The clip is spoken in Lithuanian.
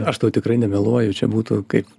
aš tau tikrai nemeluoju čia būtų kaip